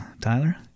Tyler